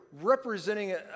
representing